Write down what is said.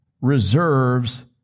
reserves